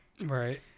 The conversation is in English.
right